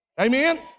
Amen